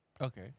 Okay